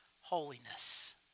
holiness